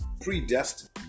predestined